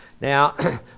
Now